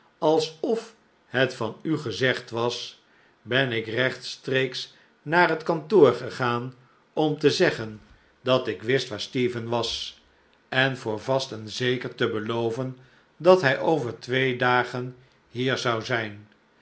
alsof het van u gezegd was ben ik rechtstreeks naar het kantoor gegaan om te zeggen dat ik wist waar stephen was en voor vast en zeker te beloven dat hij over twee dagen hier zou zijn